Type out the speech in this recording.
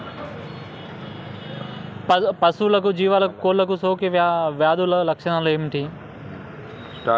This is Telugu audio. పశువులకు జీవాలకు కోళ్ళకు సోకే వ్యాధుల లక్షణాలు ఏమిటి?